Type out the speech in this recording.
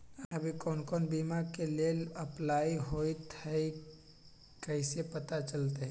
अभी कौन कौन बीमा के लेल अपलाइ होईत हई ई कईसे पता चलतई?